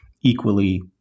equally